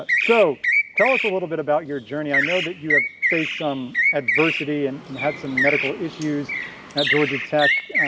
but so tell us a little bit about your journey. i know that you have faced some adversity and and had some medical issues at georgia tech.